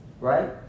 right